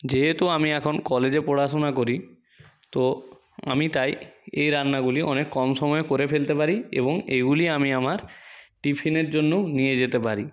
যেহেতু আমি এখন কলেজে পড়াশোনা করি তো আমি তাই এই রান্নাগুলি অনেক কম সময়ে করে ফেলতে পারি এবং এইগুলি আমি আমার টিফিনের জন্যও নিয়ে যেতে পারি